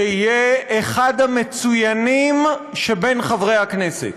שיהיה אחד המצוינים שבין חברי הכנסת.